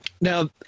Now